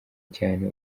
cyane